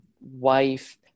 wife